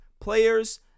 players